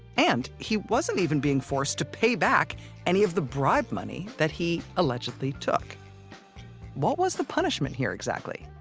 and he wasn't even being forced to pay back any of the bribe money that he allegedly took what was the punishment here exactly?